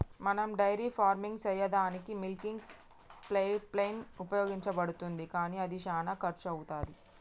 మనం dairy farming సెయ్యదానికీ milking pipeline ఉపయోగించబడుతుంది కానీ అది శానా కర్శు అవుతది